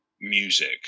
music